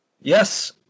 Yes